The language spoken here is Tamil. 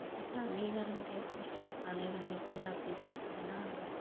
அதிக அங்கீகாரம் தேவைப்படும் சில கலை வகைகள் அப்படின்னு பார்த்திங்கன்னா